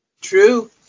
True